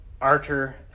Archer